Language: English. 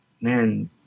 man